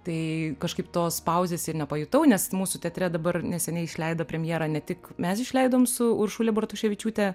tai kažkaip tos pauzės ir nepajutau nes mūsų teatre dabar neseniai išleido premjerą ne tik mes išleidom su uršule bartoševičiūte